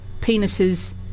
penises